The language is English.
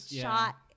shot